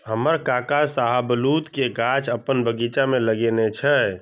हमर काका शाहबलूत के गाछ अपन बगीचा मे लगेने छै